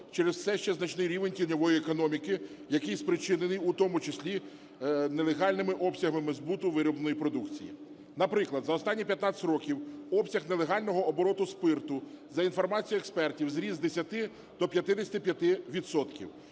через все ще значний рівень тіньової економіки, який спричинений у тому числі нелегальними обсягами збуту виробленої продукції. Наприклад, за останні 15 років обсяг нелегального обороту спирту, за інформацією експертів, зріс з 10 до 55